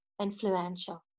influential